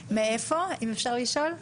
האם אפשר לשאול מאיפה?